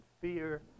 fear